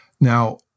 Now